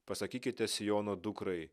pasakykite siono dukrai